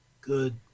good